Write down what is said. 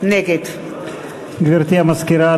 נגד גברתי המזכירה,